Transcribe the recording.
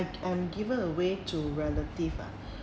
I'm given away to relative ah